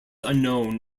unknown